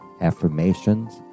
affirmations